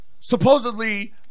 supposedly